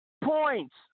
points